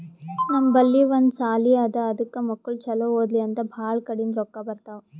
ನಮ್ ಬಲ್ಲಿ ಒಂದ್ ಸಾಲಿ ಅದಾ ಅದಕ್ ಮಕ್ಕುಳ್ ಛಲೋ ಓದ್ಲಿ ಅಂತ್ ಭಾಳ ಕಡಿಂದ್ ರೊಕ್ಕಾ ಬರ್ತಾವ್